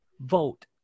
Vote